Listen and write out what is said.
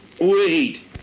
Wait